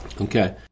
Okay